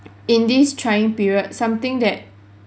in this trying period something that